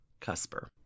cusper